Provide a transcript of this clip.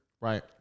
right